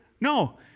No